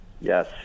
Yes